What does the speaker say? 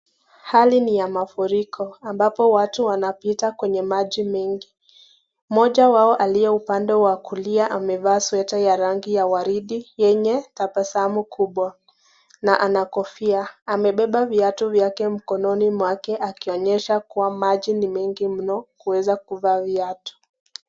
Hali ni ya mafuriko ambapo watu wanapita kwenye maji mengi. Moja wao aliye upande wa kulia amevaa sweta ya rangi ya waridi yenye tabasamu kubwa na ana kofia, amebeba viatu vyake mkononi mwake akionyesha kuwa maji ni mengi mno kuweza kuvaa viatu